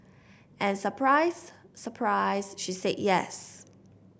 and surprise surprise she said yes